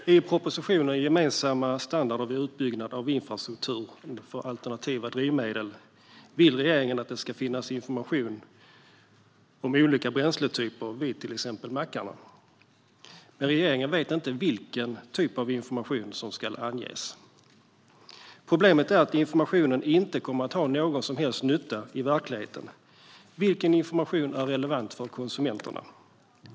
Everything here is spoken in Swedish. Gemensamma standar-der vid utbyggnad av infrastrukturen för alternativa drivmedel Fru talman! I propositionen Gemensamma standarder vid utbyggnad av infrastrukturen för alternativa drivmedel vill regeringen att det ska finnas information om olika bränsletyper vid till exempel mackarna, men regeringen vet inte vilken typ av information som ska anges. Problemet är att informationen inte kommer att göra någon som helst nytta i verkligheten. Vilken information är relevant för konsumenterna?